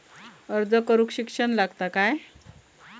अर्ज करूक शिक्षण लागता काय?